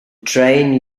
train